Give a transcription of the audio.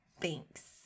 Thanks